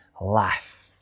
life